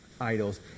idols